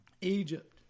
Egypt